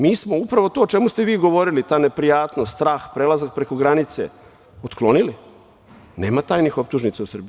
Mi smo upravo to o čemu ste vi govorili, ta neprijatnost, strah, prelazak preko granice, otklonili, nema tajnih optužnica u Srbiji.